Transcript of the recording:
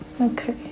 Okay